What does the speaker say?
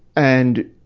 and,